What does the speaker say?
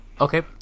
Okay